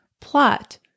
plot